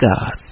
God